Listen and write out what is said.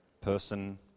person